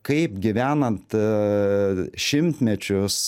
kaip gyvenant šimtmečius